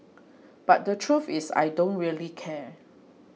but the truth is I don't really care